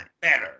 better